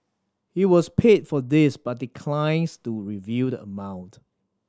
he was paid for this but declines to reveal the amount